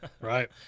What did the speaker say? Right